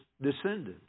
descendants